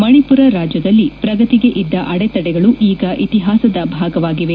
ಮಣಿಪುರ ರಾಜ್ಯದಲ್ಲಿ ಪ್ರಗತಿಗೆ ಇದ್ದ ಅಡೆತಡೆಗಳು ಈಗ ಇತಿಹಾಸದ ಭಾಗವಾಗಿವೆ